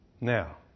Now